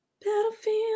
Battlefield